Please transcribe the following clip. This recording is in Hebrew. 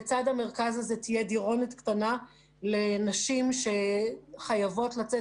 לצד המרכז הזה תהיה דירונת קטנה לנשים שחייבות לצאת